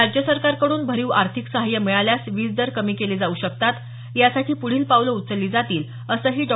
राज्य सरकारकड्रन भरीव आर्थिक सहाय्य मिळाल्यास वीज दर कमी केले जाऊ शकतात यासाठी पुढील पावलं उचलली जातील असंही डॉ